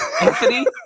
Anthony